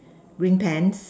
green pants